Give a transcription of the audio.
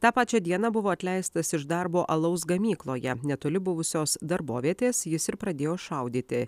tą pačią dieną buvo atleistas iš darbo alaus gamykloje netoli buvusios darbovietės jis ir pradėjo šaudyti